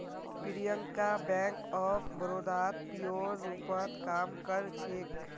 Priyanka bank of बड़ौदात पीओर रूपत काम कर छेक